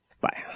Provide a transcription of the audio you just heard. bye